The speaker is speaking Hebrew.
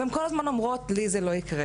והן כל הזמן אומרות: לי זה לא יקרה.